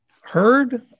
heard